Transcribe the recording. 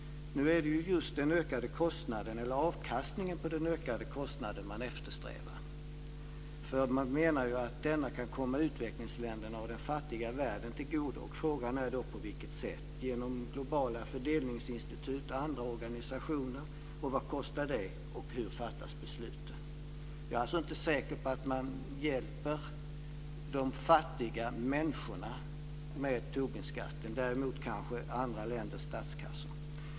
Nu är det ju just den ökade kostnaden, eller avkastningen på den ökade kostnaden, som man eftersträvar. Man menar att denna kan komma utvecklingsländerna och den fattiga världen till godo. Men på vilket sätt - genom globala fördelningsinstitut eller andra organisationer? Vad kostar det och hur fattas besluten? Jag är inte säker på att man hjälper de fattiga människorna med Tobinskatten, däremot kanske andra länders statskassor.